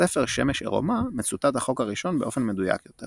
בספר "שמש עירומה" מצוטט החוק הראשון באופן מדויק יותר